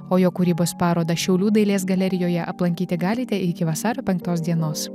o jo kūrybos parodą šiaulių dailės galerijoje aplankyti galite iki vasario penktos dienos